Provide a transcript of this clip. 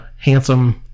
Handsome